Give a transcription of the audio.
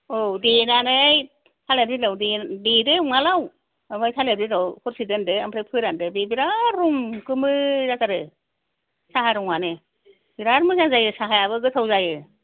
औ देनानै थालिर बिलाइयाव देदो उवालआव ओमफ्राय थालिर बिलाइआव हरसे दोन्दो ओमफ्राय फोरानदो बे बिरात रं गोमो जाथारो साहा रंआनो बिरात मोजां जायो साहायाबो गोथाव जायो